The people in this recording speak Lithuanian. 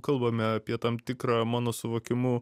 kalbame apie tam tikrą mano suvokimu